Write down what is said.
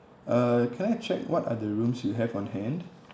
uh can I check what are the rooms you have on hand